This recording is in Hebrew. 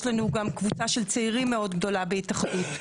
לנו גם קבוצה של צעירים מאוד גדולה בהתאחדות.